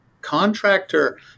contractor